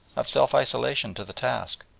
of self-isolation to the task.